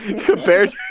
Compared